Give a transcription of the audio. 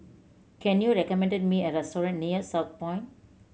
can you recommend me a restaurant near Southpoint